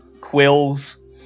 quills